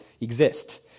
exist